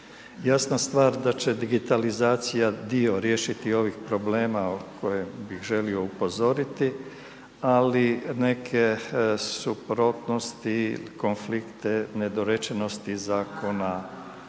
Jasna stvar da će digitalizacija dio riješiti ovih problema o kojem bih želio upozoriti, ali neke suprotnosti, konflikte, nedorečenosti zakona,